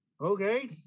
okay